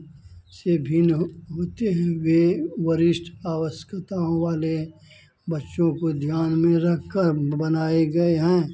से भिन्न होत होते हैं वह वरिष्ट आवश्यकताओं वाले बच्चों को ध्यान में रखकर बनाए गए हैं